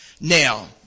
Now